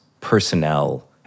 personnel